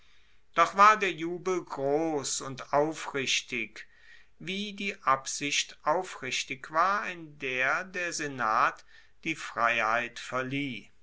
doch war der jubel gross und aufrichtig wie die absicht aufrichtig war in der der senat die freiheit verlieh